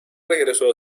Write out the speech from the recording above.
regresó